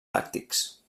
làctics